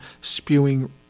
spewing